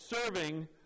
serving